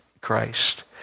Christ